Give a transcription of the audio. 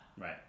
Right